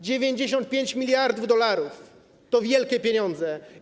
95 mld dolarów to wielkie pieniądze.